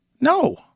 No